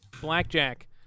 blackjack